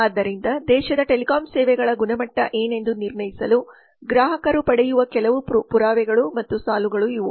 ಆದ್ದರಿಂದ ದೇಶದ ಟೆಲಿಕಾಂ ಸೇವೆಗಳ ಗುಣಮಟ್ಟ ಏನೆಂದು ನಿರ್ಣಯಿಸಲು ಗ್ರಾಹಕರು ಪಡೆಯುವ ಕೆಲವು ಪುರಾವೆಗಳು ಮತ್ತು ಸಾಲುಗಳು ಇವು